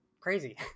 crazy